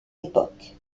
époques